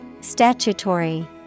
Statutory